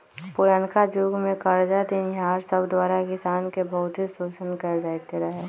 पुरनका जुग में करजा देनिहार सब द्वारा किसान के बहुते शोषण कएल जाइत रहै